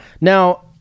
Now